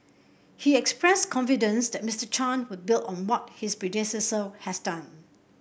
he expressed confidence that Mister Chan would build on what his predecessor has done